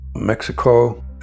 Mexico